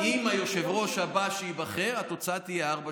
עם היושב-ראש הבא שייבחר התוצאה תהיה 2:4,